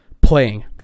playing